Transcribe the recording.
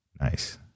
nice